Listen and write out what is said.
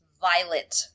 violet